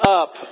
up